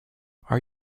are